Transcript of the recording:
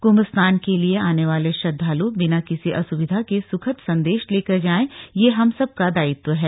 कुम्भ स्नान के लिये आने वाले श्रद्वालु बिना किसी असुविधा के सुखद संदेश लेकर जाए यह हम सबका दायित्व है